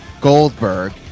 Goldberg